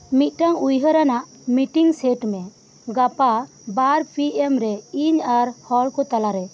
ᱢᱤᱫᱴᱟᱝ ᱩᱭᱦᱟᱹᱨ ᱟᱱᱟᱜ ᱢᱤᱴᱤᱝ ᱥᱮᱴ ᱢᱮ ᱜᱟᱯᱟ ᱵᱟᱨ ᱯᱤ ᱮᱢ ᱨᱮ ᱤᱧ ᱟᱨ ᱦᱚᱲ ᱠᱚ ᱛᱟᱞᱟᱨᱮ